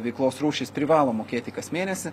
veiklos rūšys privalo mokėti kas mėnesį